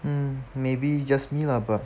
mm maybe just me lah but